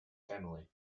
family